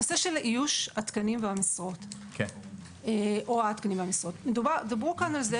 נושא איוש התקנים והמשרות דיברו כאן על כך